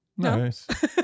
Nice